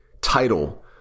title